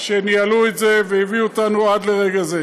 שניהלו את זה והביאו אותנו עד לרגע זה.